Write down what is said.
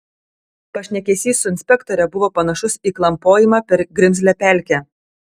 pašnekesys su inspektore buvo panašus į klampojimą per grimzlią pelkę